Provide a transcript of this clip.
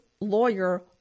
lawyer